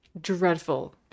dreadful